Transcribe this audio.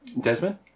Desmond